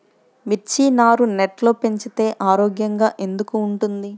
మిర్చి నారు నెట్లో పెంచితే ఆరోగ్యంగా ఎందుకు ఉంటుంది?